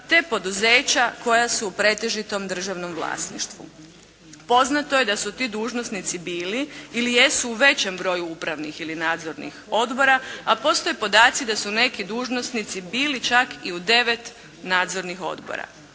te poduzeća koja su u pretežitom državnom vlasništvu. Poznato je da su ti dužnosnici bili ili jesu u većem broju upravnih ili nadzornih odbora, a postoje podaci da su neki dužnosnici bili čak i u devet nadzornih odbora.